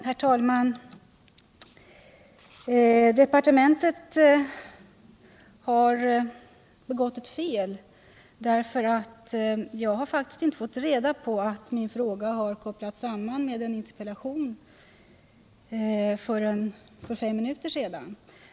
Herr talman! Departementet har begått ett fel, för jag har faktiskt inte förrän för fem minuter sedan fått reda på att min fråga kopplats samman med en interpellation.